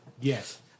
Yes